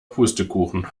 pustekuchen